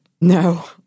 No